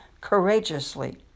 courageously